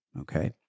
okay